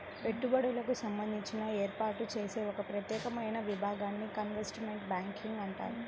పెట్టుబడులకు సంబంధించి ఏర్పాటు చేసే ఒక ప్రత్యేకమైన విభాగాన్ని ఇన్వెస్ట్మెంట్ బ్యాంకింగ్ అంటారు